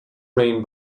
rain